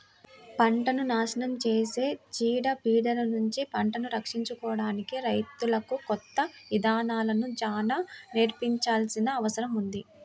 పంటను నాశనం చేసే చీడ పీడలనుంచి పంటను రక్షించుకోడానికి రైతులకు కొత్త ఇదానాలను చానా నేర్పించాల్సిన అవసరం ఉంది